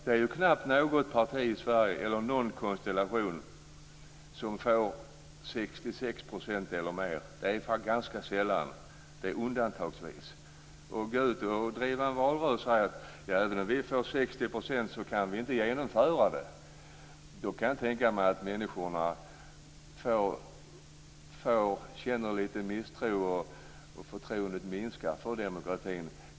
Det är knappt något parti eller någon konstellation i Sverige som får 66 % av rösterna eller mer. Det är undantagsvis som det sker. Om man går ut och driver en valrörelse och säger att även om man får 60 % av rösterna kan man inte genomföra det, kan jag tänka mig att människor känner misstro och att förtroendet minskar för demokratin.